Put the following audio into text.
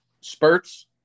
spurts